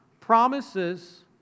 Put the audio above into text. Promises